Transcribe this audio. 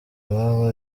iwabo